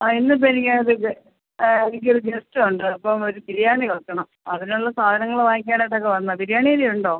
ആ ഇന്നിപ്പം എനിക്ക് ഒരു ആ എനിക്ക് ഒരു ഗെസ്റ്റ് ഉണ്ട് അപ്പം ഒരു ബിരിയാണി വയ്ക്കണം അതിനുള്ള സാധനങ്ങൾ വാങ്ങിക്കാനായിട്ടൊക്കെ വന്നതാണ് ബിരിയാണി അരി ഉണ്ടോ